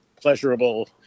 pleasurable